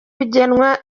kugena